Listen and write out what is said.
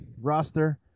roster